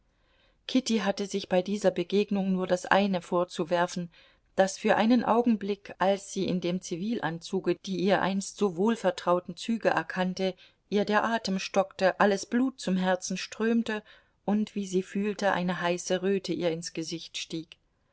kitty hatte sich bei dieser begegnung nur das eine vorzuwerfen daß für einen augenblick als sie in dem zivilanzuge die ihr einst so wohlvertrauten züge erkannte ihr der atem stockte alles blut zum herzen strömte und wie sie fühlte eine heiße röte ihr ins gesicht stieg